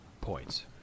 points